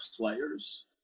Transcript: players